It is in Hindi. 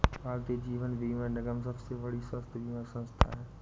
भारतीय जीवन बीमा निगम सबसे बड़ी स्वास्थ्य बीमा संथा है